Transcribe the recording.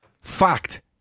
FACT